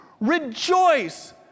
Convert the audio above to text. rejoice